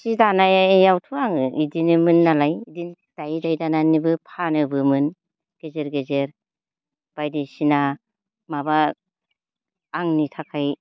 सि दानायावथ' आं बिदिनोमोन नालाय बिदिनो दायै दायै दायै दानानैबो फानोबोमोन गेजेर गेजेर बायदिसिना माबा आंनि थाखाय